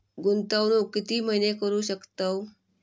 गुंतवणूक किती महिने करू शकतव?